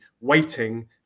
waiting